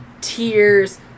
tears